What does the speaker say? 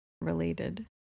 related